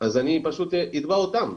אז אני פשוט אתבע אותם.